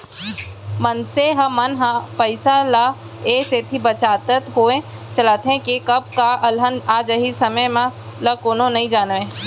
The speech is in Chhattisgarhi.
मनसे मन ह पइसा ल ए सेती बचाचत होय चलथे के कब का अलहन आ जाही समे ल कोनो नइ जानयँ